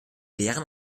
lehren